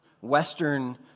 Western